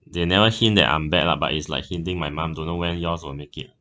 they never hint that I'm bad lah but it's like hinting my mum don't know whether yours will make it